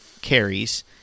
carries